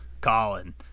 Colin